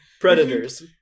Predators